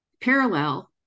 parallel